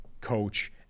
coach